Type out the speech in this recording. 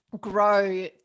grow